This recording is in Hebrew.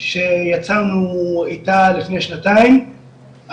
שיצאנו איתה לפני שנתיים,